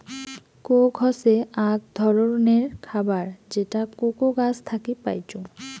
Coke হসে আক ধররনের খাবার যেটা কোকো গাছ থাকি পাইচুঙ